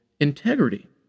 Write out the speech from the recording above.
integrity